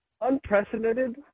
unprecedented